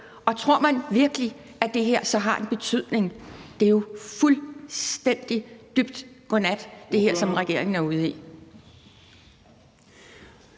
Og tror man virkelig, at det her så har en betydning? Det her, som regeringen er ude i,